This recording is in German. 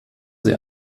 sie